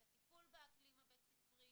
את הטיפול באקלים הבית-ספרי,